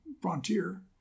Frontier